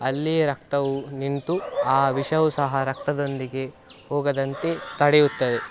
ಅಲ್ಲಿಯೇ ರಕ್ತವು ನಿಂತು ಆ ವಿಷವು ಸಹ ರಕ್ತದೊಂದಿಗೆ ಹೋಗದಂತೆ ತಡೆಯುತ್ತದೆ